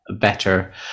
better